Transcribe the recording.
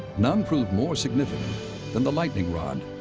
none proved more significant than the lightning rod,